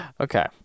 Okay